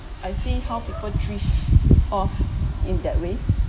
I see how people drift off in that way